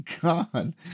God